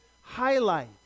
highlight